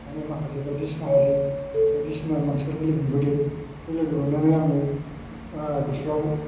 माने माखासे बायदिसिना हारि बायदिसिना मानसिफोरबो लोगो मोनदोबोदों बे लोगो मोननानै आङो गोसोआव